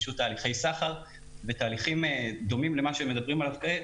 פישוט תהליכי סחר ותהליכים דומים למה שמדברים עליו כעת